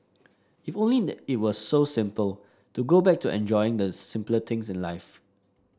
if only it were so simple to go back to enjoying the simpler things in life